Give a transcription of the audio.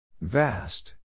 Vast